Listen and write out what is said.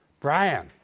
Brian